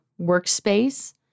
workspace